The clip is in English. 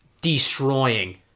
destroying